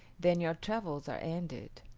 then your travels are ended.